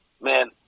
man